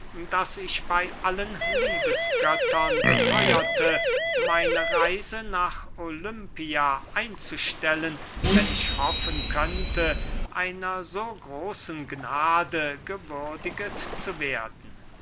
daß ich bey allen liebesgöttern betheuerte meine reise nach olympia einzustellen wenn ich hoffen könnte einer so großen gnade gewürdiget zu werden